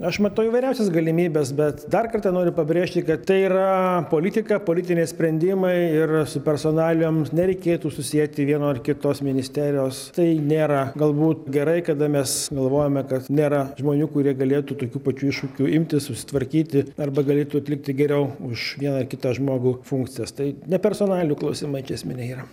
aš matau įvairiausias galimybes bet dar kartą noriu pabrėžti kad tai yra politika politiniai sprendimai ir su personalijom nereikėtų susieti vieno ar kitos ministerijos tai nėra galbūt gerai kada mes galvojome kad nėra žmonių kurie galėtų tokių pačių iššūkių imtis susitvarkyti arba galėtų atlikti geriau už vieną ar kitą žmogų funkcijas tai ne personalijų klausimai čia esminiai yra